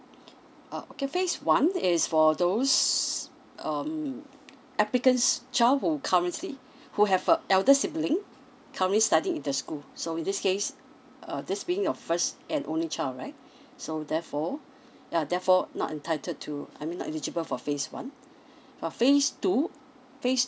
oh okay phase one is for those um applicants' child who currently who have a elder sibling currently studying in the school so in this case uh this being your first and only child right so therefore yeah therefore not entitled to I mean not eligible for phase one for phase two phase